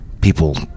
People